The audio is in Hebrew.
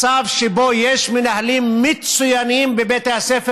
מצב שבו יש מנהלים מצוינים בבתי הספר,